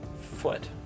foot